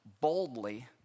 boldly